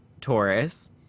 Taurus